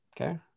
okay